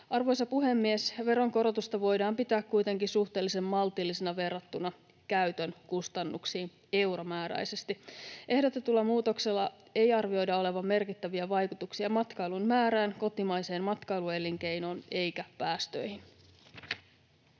Arvoisa puhemies! Veronkorotusta voidaan pitää kuitenkin suhteellisen maltillisena verrattuna käytön kustannuksiin euromääräisesti. Ehdotetulla muutoksella ei arvioida olevan merkittäviä vaikutuksia matkailun määrään, kotimaiseen matkailuelinkeinoon eikä päästöihin.